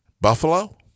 Buffalo